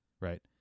right